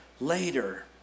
later